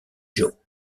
joe